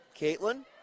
Caitlin